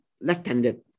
left-handed